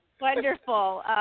Wonderful